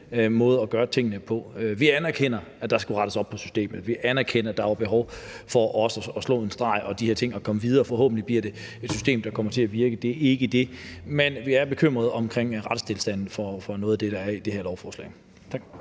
at gøre tingene på. Vi anerkender, at der skulle rettes op på systemet, og vi anerkender, at der var behov for også at trække en streg og de her ting og komme videre. Forhåbentlig bliver det et system, der kommer til at virke. Det er ikke det. Men vi er bekymrede for retstilstanden i forhold til noget af det, der er i det her lovforslag. Tak.